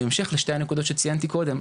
בהמשך לשתי הנקודות שציינתי קודם,